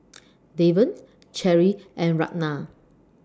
Deven Cherie and Ragna